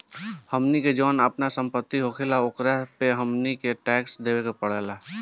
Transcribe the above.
हमनी के जौन आपन सम्पति होखेला ओकरो पे हमनी के टैक्स देबे के पड़ेला